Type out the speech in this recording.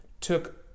took